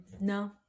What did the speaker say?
no